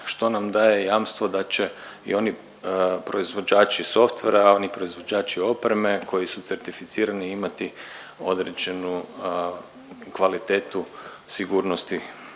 što nam daje jamstvo da će i oni proizvođači softveri, oni proizvođači opreme koji su certificirani imati određenu kvalitetu sigurnosti